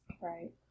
Right